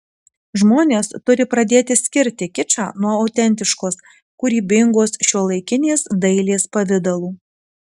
žmonės turi pradėti skirti kičą nuo autentiškos kūrybingos šiuolaikinės dailės pavidalų